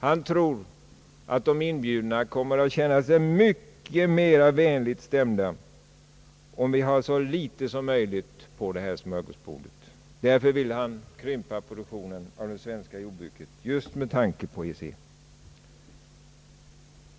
Han tror att de inbjudna kommer att känna sig mycket mera vänligt stämda, om vi har så litet som möjligt på det här smörgåsbordet. Han vill krympa produktionen inom det svenska jordbruket just med tanke på EEC.